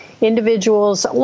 individuals